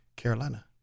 Carolina